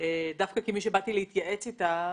דווקא כאחת שבאה להתייעץ איתה,